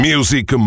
Music